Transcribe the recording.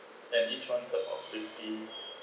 and each one serve of fifty